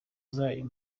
zayo